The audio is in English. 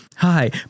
Hi